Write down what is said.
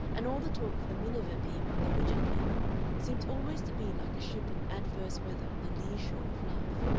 and all the talk of the miniver people and the widgett people seemed always to be like a ship in adverse weather on the lee shore of love.